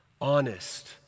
honest